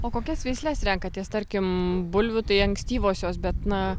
o kokias veisles renkatės tarkim bulvių tai ankstyvosios bet na